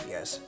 Yes